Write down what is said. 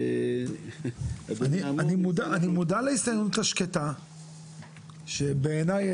אני מודע להסתננות השקטה שבעיניי,